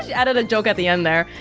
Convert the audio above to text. added a joke at the end, there.